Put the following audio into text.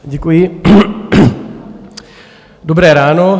Děkuji, dobré ráno.